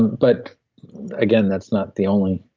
but again, that's not the only